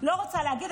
אני לא רוצה להגיד,